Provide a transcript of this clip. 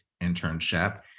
internship